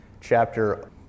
chapter